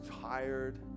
tired